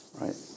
right